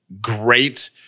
great